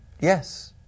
Yes